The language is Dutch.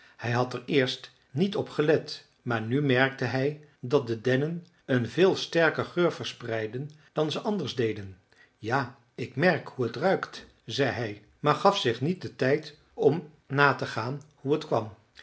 hij had er eerst niet opgelet maar nu merkte hij dat de dennen een veel sterker geur verspreidden dan ze anders deden ja ik merk hoe het ruikt zei hij maar gaf zich niet den tijd om na te gaan hoe het kwam